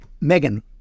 Megan